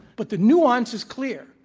but the nuance is clear.